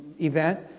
event